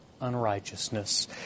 unrighteousness